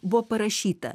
buvo parašyta